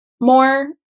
more